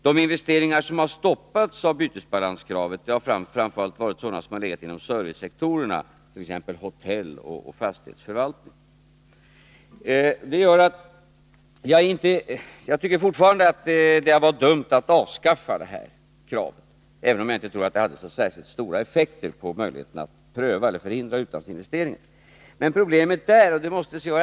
De investeringar som har stoppats på grund av kravet i bytesbalansprövningen har framför allt varit sådana som gällt projekt inom servicesektorerna, t.ex. hotell och fastighetsförvaltning. Jag tycker fortfarande att det var dumt att avskaffa detta krav, även om jag inte tror att det hade så särskilt stora effekter på möjligheterna att förhindra utlandsinvesteringar. Men problemet är — och det måste C.-H.